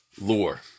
lore